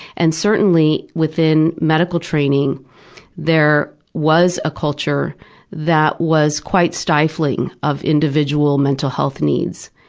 and certainly within medical training there was a culture that was quite stifling of individual mental health needs,